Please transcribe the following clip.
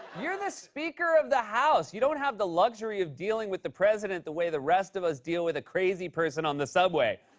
you're the speaker of the house. you don't have the luxury of dealing with the president the way the rest of us deal with a crazy person on the subway.